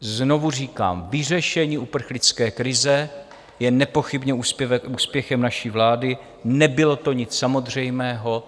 Znovu říkám, vyřešení uprchlické krize je nepochybně úspěchem naší vlády, nebylo to nic samozřejmého.